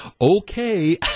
okay